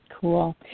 Cool